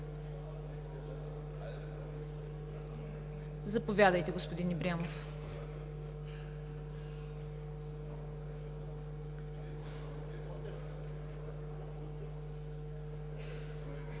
Заповядайте, господин Ибрямов.